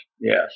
Yes